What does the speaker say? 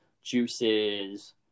juices